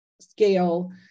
scale